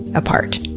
apart.